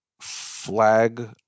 flag